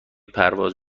پرواز